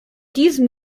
diesem